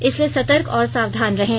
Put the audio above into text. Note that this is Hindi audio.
इसलिए सतर्क और सावधान रहें